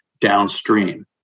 downstream